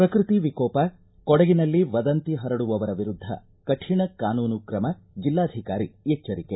ಪ್ರಕೃತಿ ವಿಕೋಪ ಕೊಡಗಿನಲ್ಲಿ ವದಂತಿ ಹರಡುವವರ ವಿರುದ್ದ ಕಠಿಣ ಕಾನೂನು ಕ್ರಮ ಜಿಲ್ನಾಧಿಕಾರಿ ಎಚ್ಗರಿಕೆ